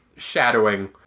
shadowing